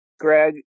Greg